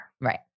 Right